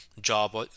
job